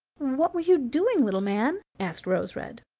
what were you doing, little man? asked rose-red.